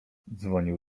dzwonił